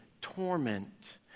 torment